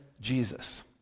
Jesus